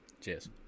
Cheers